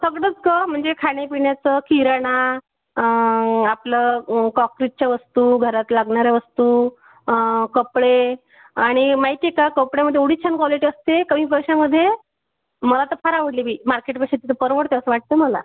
सगळंच गं म्हणजे खाण्यापिण्याचं किराणा आपलं कॉकरीजच्या वस्तू घरात लागणाऱ्या वस्तू कपडे आणि माहिती आहे का कपड्यामध्ये एवढी छान क्वॉलिटी असते कमी पैशामध्ये मला तर फार आवडले बाई मार्केटपेक्षा तिथं परवडते असं वाटतं मला